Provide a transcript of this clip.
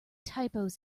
typos